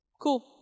cool